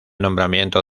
nombramiento